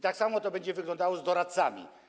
Tak samo będzie wyglądało z doradcami.